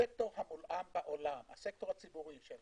הסקטור הציבורי של